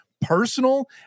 personal